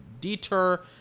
deter